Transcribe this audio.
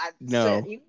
No